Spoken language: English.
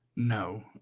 No